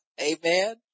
Amen